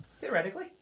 Theoretically